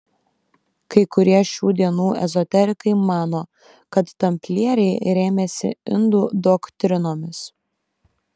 kai kurie šių dienų ezoterikai mano kad tamplieriai rėmėsi indų doktrinomis